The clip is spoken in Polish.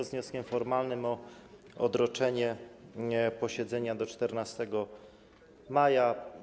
Z wnioskiem formalnym o odroczenie posiedzenia do 14 maja.